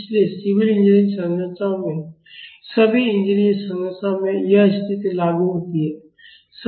इसलिए civil engineering संरचनाओं में सभी इंजीनियरिंग संरचनाओं में यह स्थिति लागू होती है